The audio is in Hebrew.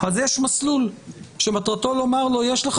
אז יש מסלול שמטרתו לומר לו: יש לך